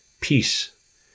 Peace